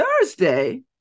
Thursday